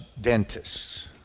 dentists